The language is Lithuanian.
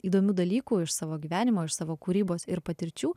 įdomių dalykų iš savo gyvenimo iš savo kūrybos ir patirčių